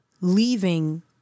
leaving